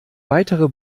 weitere